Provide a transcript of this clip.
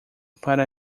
para